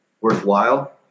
worthwhile